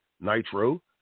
Nitro